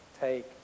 take